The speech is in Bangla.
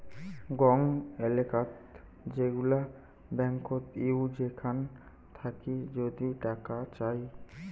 গং এলেকাত যেগুলা ব্যাঙ্কত হউ সেখান থাকি যদি টাকা চাই